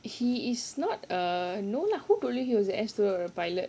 he is not a no lah who told you he was a air steward or a pilot